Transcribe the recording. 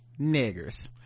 niggers